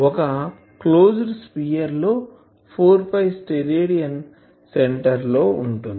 ఒక closed sphere లో 4 steradian centre లో ఉంటుంది